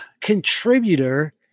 contributor